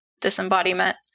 disembodiment